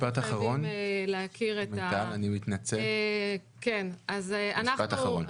אני מתנצל, משפט אחרון.